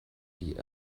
die